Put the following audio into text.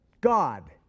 God